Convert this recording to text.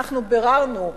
אנחנו ביררנו,